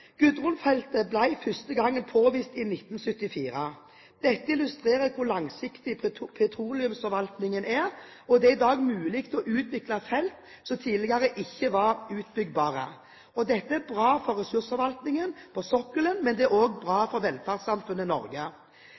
første gang påvist i 1974. Dette illustrerer hvor langsiktig petroleumsforvaltningen er. Det er i dag mulig å utvikle felt som tidligere ikke var utbyggbare. Dette er bra for ressursforvaltningen på sokkelen, men det er også bra for velferdssamfunnet Norge.